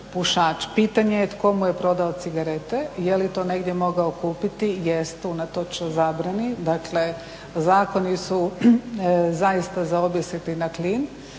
pušač. Pitanje je tko mu je prodao cigarete, je li to negdje mogao kupiti? Jest, unatoč zabrani. Dakle, zakoni su zaista za objesiti na klin.